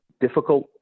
difficult